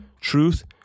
Truth